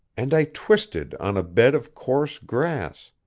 and i twisted on a bed of coarse grass.